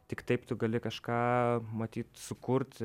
tik taip tu gali kažką matyt sukurt